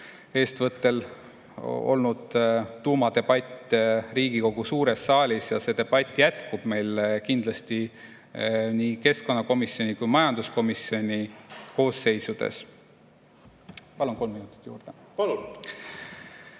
eestvõttel olnud tuumadebatt Riigikogu suures saalis ja see debatt jätkub meil kindlasti nii keskkonnakomisjoni kui majanduskomisjoni koosseisus. Palun kolm minutit juurde. Palun!